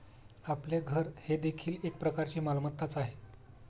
आपले घर हे देखील एक प्रकारची मालमत्ताच आहे